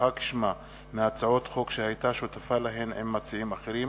נמחק שמה מהצעות חוק שהיא היתה שותפה להן עם מציעים אחרים.